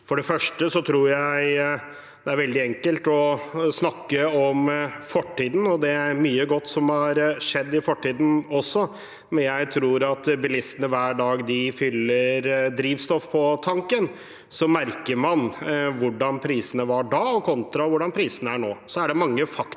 For det første tror jeg det er veldig enkelt å snakke om fortiden, og det er også mye godt som har skjedd i fortiden, men jeg tror at bilistene hver dag de fyller drivstoff på tanken, merker hvordan prisene var da kontra hvordan prisene er nå. Så er det mange årsaker